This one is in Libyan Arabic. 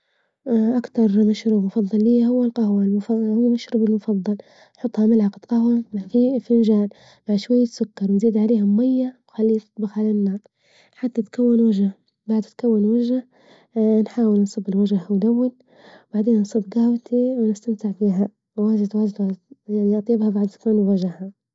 أكتر مشروب مفضل ليَّ هو القهوة المف هو مشروبي المفضل، نحطها ملعقة قهوة في الفنجان مع شوية سكر نزيد عليهم مية وخليه يطبخ على النار حتى تكون وجه بعد تكون وجه نحاول نصب الوجه بعدين نصب جهوتي ونستمتع فيها واجد واجد واجد، يا طيبها بعد تكون بوجهها.